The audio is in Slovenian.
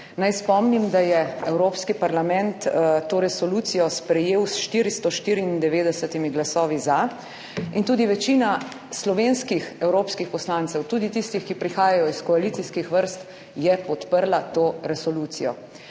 Naj spomnim, da je Evropski parlament to resolucijo sprejel s 494 glasovi za in tudi večina slovenskih evropskih poslancev, tudi tistih, ki prihajajo iz koalicijskih vrst, je podprla to resolucijo.